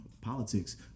politics